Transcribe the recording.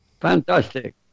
fantastic